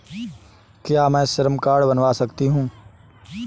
क्या मैं श्रम कार्ड बनवा सकती हूँ?